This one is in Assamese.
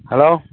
হেল্ল'